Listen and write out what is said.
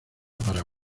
para